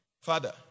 Father